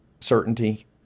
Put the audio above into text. certainty